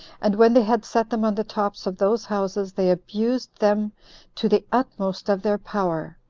and when they had set them on the tops of those houses, they abused them to the utmost of their power,